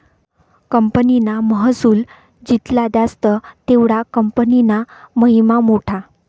कंपनीना महसुल जित्ला जास्त तेवढा कंपनीना महिमा मोठा